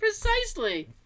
Precisely